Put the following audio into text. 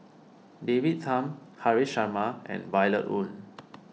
David Tham Haresh Sharma and Violet Oon